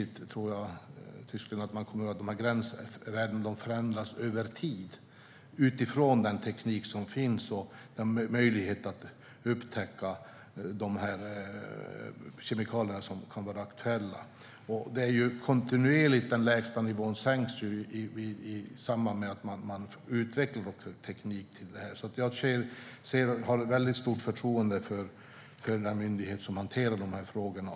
Gränsvärdena förändras också över tid genom den teknik som finns för att upptäcka aktuella kemikalier. Lägstanivån sänks kontinuerligt i samband med att tekniken utvecklas. Jag har stort förtroende för den myndighet som hanterar dessa frågor.